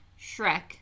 Shrek